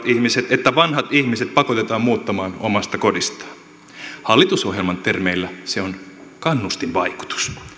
ihmiset että vanhat ihmiset pakotetaan muuttamaan omasta kodistaan hallitusohjelman termeillä se on kannustinvaikutus